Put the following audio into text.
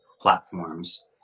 platforms